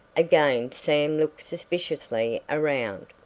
again sam looked suspiciously around.